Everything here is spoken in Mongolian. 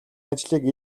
ажлыг